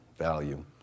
value